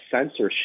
censorship